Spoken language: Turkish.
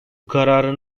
kararın